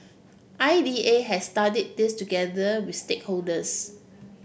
I D A has studied this together with stakeholders